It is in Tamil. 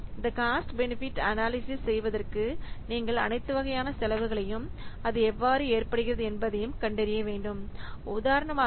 இந்த காஸ்ட் பெனெஃபிட் அனாலிசிஸ் செய்வதற்கு நீங்கள் அனைத்து வகையான செலவுகளையும் அது எவ்வாறு ஏற்படுகிறது என்பதையும் கண்டறிய வேண்டும் நீங்கள் தனி திட்டத்திற்கு செலவு பயன் பகுப்பாய்வு செய்ய வேண்டும்